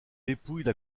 dépouille